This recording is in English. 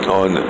on